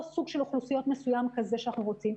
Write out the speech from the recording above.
או סוג של אוכלוסיות מסוים כזה שאנחנו רוצים,